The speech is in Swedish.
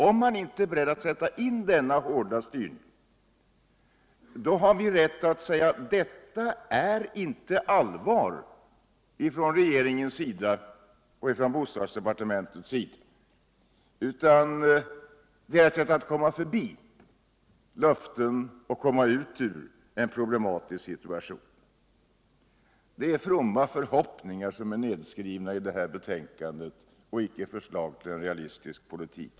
Är man inte beredd att sätta in denna hårda styrning, har man rätt att säga att det inte är fråga om allvar från bostadsdepartementets sida utan ett sätt att komma förbi löften och komma ur en problematisk situation. Det är fromma förhoppningar som är nedskrivna i detta betänkande och icke förslag till en realistisk politik.